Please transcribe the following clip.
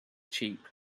cheap